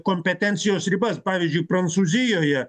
kompetencijos ribas pavyzdžiui prancūzijoje